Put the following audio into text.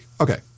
Okay